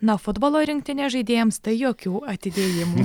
na futbolo rinktinės žaidėjams tai jokių atidėjimų